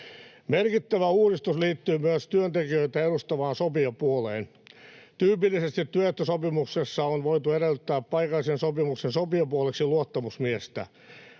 Merkittävä uudistus liittyy myös työntekijöitä edustavaan sopijapuoleen. Tyypillisesti työehtosopimuksessa on voitu edellyttää paikallisen sopimuksen sopijapuoleksi luottamusmiestä.